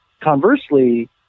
conversely